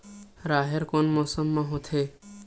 राहेर कोन मौसम मा होथे?